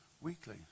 weekly